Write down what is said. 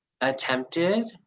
attempted